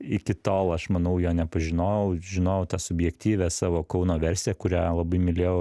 iki tol aš manau jo nepažinojau žinojau tą subjektyvią savo kauno versiją kurią labai mylėjau